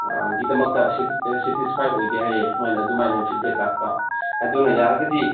ꯒꯤꯗꯃꯛꯇ satisfied ꯑꯣꯏꯗꯦ ꯍꯥꯏꯌꯦ ꯃꯣꯏꯅ ꯑꯗꯨꯃꯥꯏꯅ ꯐꯤꯗꯕꯦꯛ ꯂꯥꯛꯄ ꯑꯗꯨꯅ ꯌꯥꯔꯒꯗꯤ